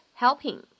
helping